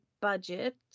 budget